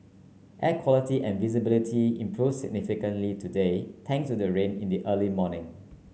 air quality and visibility improve significantly today thanks to the rain in the early morning